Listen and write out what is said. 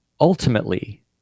ultimately